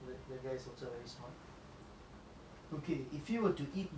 okay if you were to eat one dish for the rest of your life what would it be